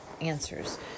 answers